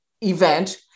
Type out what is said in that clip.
event